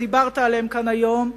ודיברת עליהם כאן היום,